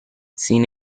sin